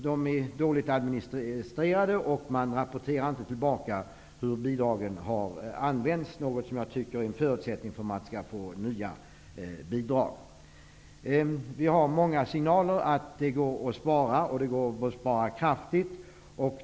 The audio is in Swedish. De är dåligt administrerade, och det rapporteras inte tillbaka hur bidragen har använts, något som jag anser vara en förutsättning för att man skall få nya bidrag. Det finns många signaler om att det går att spara kraftigt.